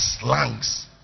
slangs